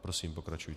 Prosím, pokračujte.